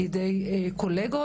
על ידי קולגות,